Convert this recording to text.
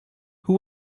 who